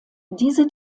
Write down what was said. diese